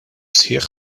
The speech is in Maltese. sħiħ